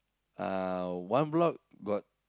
uh one block got